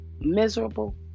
miserable